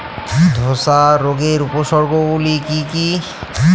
ধসা রোগের উপসর্গগুলি কি কি?